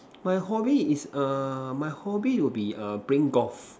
my hobby is err my hobby will be err playing golf